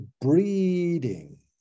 breeding